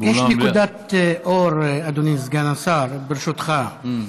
יש נקודת אור, אדוני סגן השר, ברשותך.